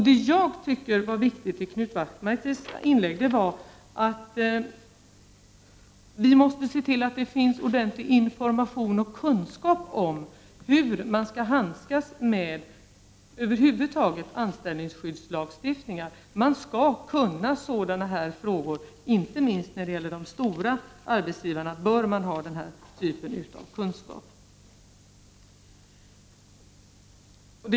Det jag tycker är viktigt när det gäller det Knut Wachtmeister sade i sitt inlägg är att vi måste se till att det finns ordentlig information och kunskap om hur man över huvud taget skall handskas med anställningsskyddslagstiftningen. Man skall kunna sådana frågor, och inte minst de stora arbetsgivarna bör ha den här typen av kunskap.